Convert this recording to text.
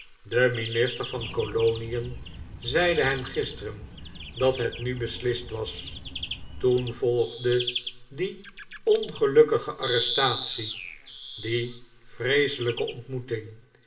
de minister van kolonien zeide hem gisteren dat het nu beslist was toen volgde die ongelukkige arrestatie die vreeselijke ontmoeting